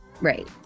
right